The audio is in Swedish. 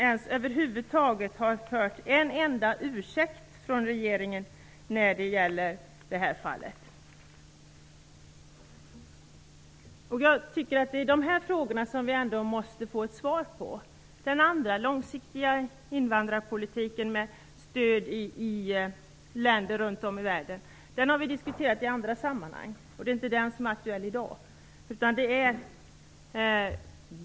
Vi har inte hört en enda ursäkt från regeringen när det gäller det fallet. Jag tycker att vi måste få ett svar på dessa frågor. Den långsiktiga invandrarpolitiken, med stöd i länder runt om i världen, har vi diskuterat i andra sammanhang. Det är inte den som är aktuell i dag.